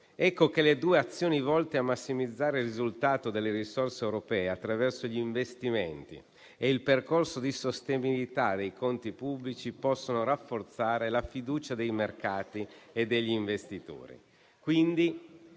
bilancio. Le due azioni volte a massimizzare il risultato delle risorse europee, attraverso gli investimenti e il percorso di sostenibilità dei conti pubblici, possono rafforzare la fiducia dei mercati e degli investitori.